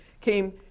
came